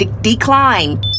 Decline